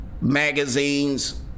magazines